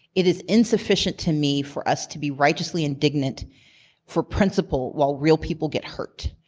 it is insufficient to me for us to be righteously indignant for principle while real people get hurt.